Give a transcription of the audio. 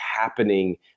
happening